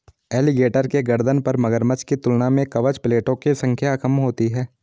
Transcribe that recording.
alligator के गर्दन पर मगरमच्छ की तुलना में कवच प्लेटो की संख्या कम होती है